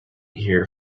here